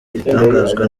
ibitangazwa